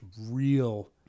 real